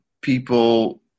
people